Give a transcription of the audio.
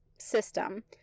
System